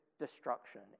destruction